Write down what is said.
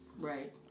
right